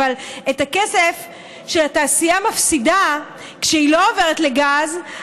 אבל את הכסף שהתעשייה מפסידה כשהיא לא עוברת לגז,